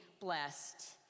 blessed